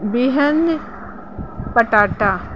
बिहन पटाटा